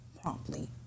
promptly